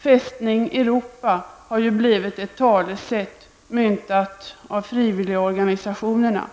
''Fästning Europa'' har ju blivit ett talesätt myntat av frivilligorganisationerna,